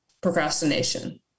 procrastination